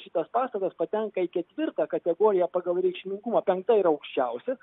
šitas pastatas patenka į ketvirtą kategoriją pagal reikšmingumą penkta ir aukščiausias